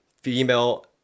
female